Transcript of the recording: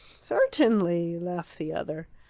certainly! laughed the other.